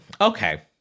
Okay